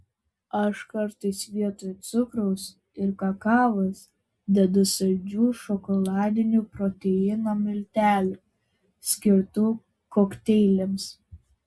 aš kartais vietoj cukraus ir kakavos dedu saldžių šokoladinių proteino miltelių skirtų kokteiliams